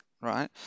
right